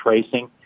tracing